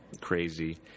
crazy